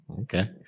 okay